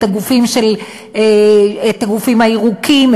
את הגופים הירוקים,